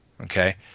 okay